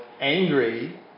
angry